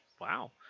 Wow